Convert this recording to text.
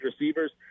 receivers